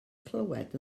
clywed